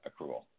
accrual